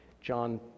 John